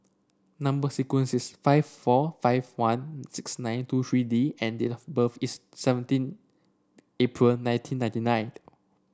number sequence is five four five one six nine two three D and date of birth is seventeen April nineteen ninety nine